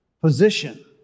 position